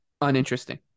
uninteresting